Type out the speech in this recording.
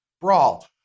brawl